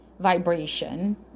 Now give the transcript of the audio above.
Vibration